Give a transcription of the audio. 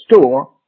store